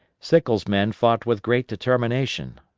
sickles' men fought with great determination,